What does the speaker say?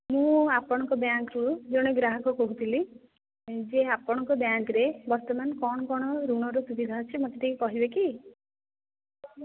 ମୁଁ ଆପଣଙ୍କ ବ୍ୟାଙ୍କ୍ ରୁ ଜଣେ ଗ୍ରାହକ କହୁଥିଲି ଯେ ଆପଣଙ୍କ ବ୍ୟାଙ୍କ୍ ରେ ବର୍ତ୍ତମାନ କ'ଣ କ'ଣ ଋଣ ର ସୁବିଧା ଅଛି ମୋତେ ଟିକିଏ କହିବେକି